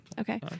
Okay